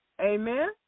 Amen